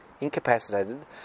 incapacitated